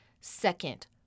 Second